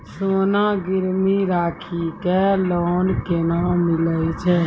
सोना गिरवी राखी कऽ लोन केना मिलै छै?